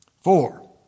Four